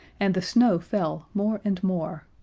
and the snow fell more and more.